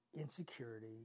insecurity